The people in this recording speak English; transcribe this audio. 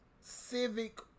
civic